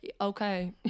okay